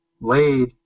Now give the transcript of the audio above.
laid